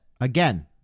again